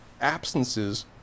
absences